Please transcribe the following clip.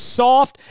soft